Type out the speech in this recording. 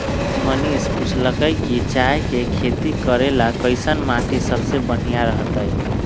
मनीष पूछलकई कि चाय के खेती करे ला कईसन माटी सबसे बनिहा रहतई